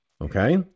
okay